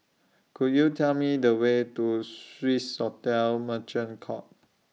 Could YOU Tell Me The Way to Swissotel Merchant Court